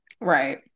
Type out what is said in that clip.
Right